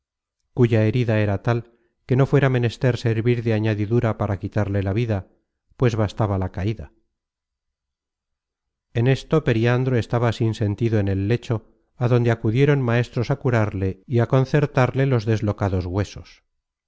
cuya herida era tal que no fuera menester servir de añadidura para quitarle la vida pues bastaba la caida en esto periandro estaba sin sentido en el lecho á donde acudieron maestros á curarle y á concertarle los deslocados huesos